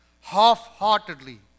half-heartedly